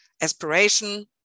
aspiration